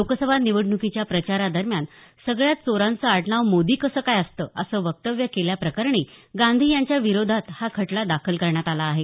लोकसभा निवडणुकीच्या प्रचारादरम्यान सगळ्याच चोरांचं आडनाव मोदी कसं काय असतं असं वक्तव्य केल्याप्रकरणी गांधी यांच्या विरोधात हा खटला दाखल करण्यात आला आहे